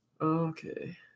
Okay